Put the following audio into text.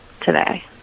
today